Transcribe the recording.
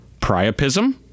priapism